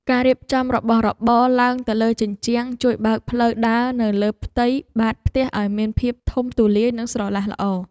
ការរៀបចំរបស់របរឡើងទៅលើជញ្ជាំងជួយបើកផ្លូវដើរនៅលើផ្ទៃបាតផ្ទះឱ្យមានភាពធំទូលាយនិងស្រឡះល្អ។